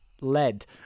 lead